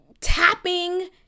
tapping